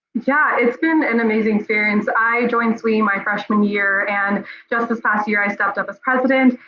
yeah, it's been an amazing experience. i joined wie my freshman year and just this past year, i stepped up as president.